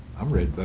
i'm ready